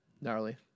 Gnarly